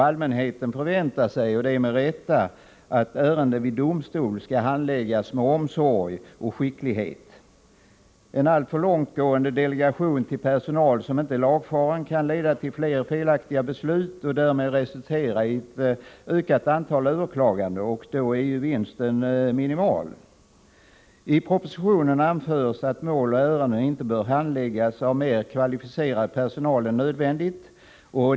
Allmänheten förväntar — och det med rätta — att ärenden vid domstol handläggs med omsorg och skicklighet. En alltför långtgående delegation till personal som inte är lagfaren kan leda till flera felaktiga beslut och därmed resultera i ett ökat antal överklaganden, och då är ju vinsten minimal. I propositionen anförs att mål och ärenden inte bör handläggas av mer kvalificerad personal än nödvändigt.